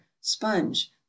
sponge